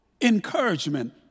encouragement